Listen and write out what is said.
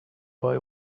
boy